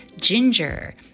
ginger